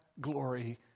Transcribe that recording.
glory